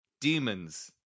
demons